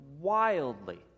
wildly